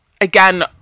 again